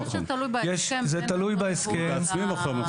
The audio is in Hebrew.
זה תלוי בהסכם --- זה תלוי בהסכם,